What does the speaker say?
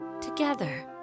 together